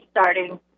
starting